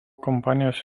kompanijos